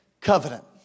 Covenant